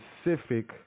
specific